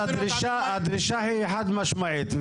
הדרישה היא חד משמעית.